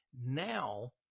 Now